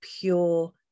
pure